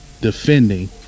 defending